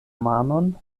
manon